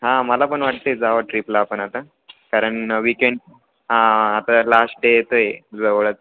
हां मला पण वाटते जावं ट्र्रीपला आपण आता कारण विकेंड हां आता लास्ट डे येतं आहे जवळच